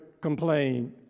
complain